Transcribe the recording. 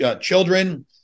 children